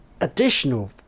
additional